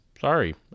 Sorry